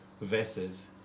versus